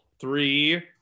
three